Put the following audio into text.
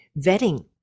vetting